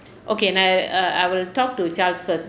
okay no err I will talk to charles first